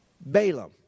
Balaam